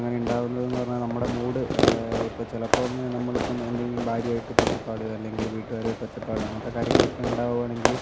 അങ്ങനെ ഉണ്ടാവുന്നതെന്ന് പറഞ്ഞാൽ നമ്മുടെ മൂട് ഇപ്പോൾ ചിലപ്പം നമ്മളിപ്പോൾ എന്തെങ്കിലും ഭാര്യായായിട്ട് ഒച്ചപ്പാട് അല്ലെങ്കിൽ വീട്ടുകാരുമായിട്ട് ഒച്ചപ്പാട് അങ്ങനത്തെ കാര്യങ്ങളൊക്കെ ഉണ്ടാവാണെങ്കിൽ